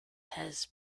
has